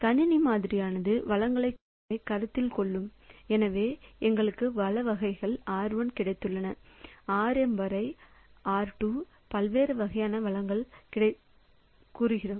கணினி மாதிரியானது வளங்களைக் கொண்டிருப்பதைக் கருத்தில் கொள்ளும் எனவே எங்களுக்கு வள வகைகள் R1 கிடைத்துள்ளன Rm வரை R2 பல்வேறு வகையான வளங்களைக் கூறுகிறோம்